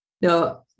No